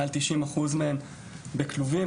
מעל 90% מהן בכלובים.